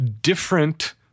different